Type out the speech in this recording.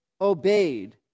obeyed